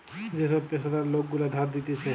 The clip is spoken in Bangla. যে সব পেশাদার লোক গুলা ধার দিতেছে